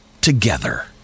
together